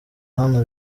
hano